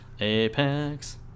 Apex